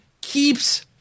keeps